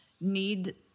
need